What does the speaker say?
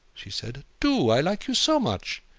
she said. do. i like you so much.